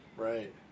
Right